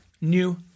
new